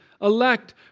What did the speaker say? elect